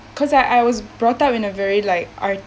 cause like I was brought up in a very like art